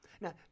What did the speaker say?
Now